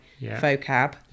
vocab